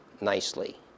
nicely